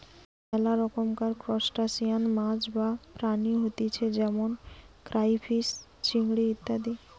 মেলা রকমকার ত্রুসটাসিয়ান মাছ বা প্রাণী হতিছে যেমন ক্রাইফিষ, চিংড়ি ইত্যাদি